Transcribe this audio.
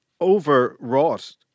overwrought